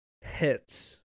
hits